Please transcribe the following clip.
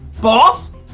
Boss